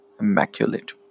Immaculate